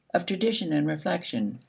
of tradition and reflection,